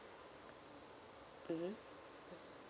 mmhmm